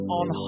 on